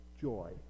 Joy